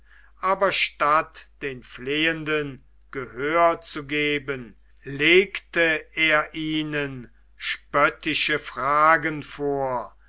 aber statt den flehenden gehör zu geben legte er ihnen spöttische fragen vor